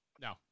No